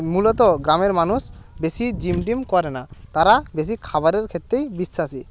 মূলত গ্রামের মানুষ বেশি জিম টিম করে না তারা বেশি খাবারের ক্ষেত্রেই বিশ্বাসী